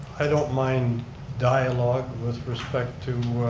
i don't mind dialogue with respect to